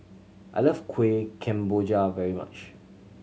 I love Kueh Kemboja very much